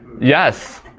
Yes